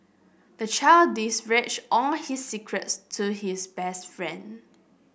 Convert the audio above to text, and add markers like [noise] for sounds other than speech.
the child [unintelligible] all his secrets to his best friend